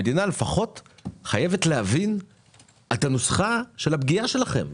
המדינה חייבת להבין את הנוסחה של הפגיעה שלכם,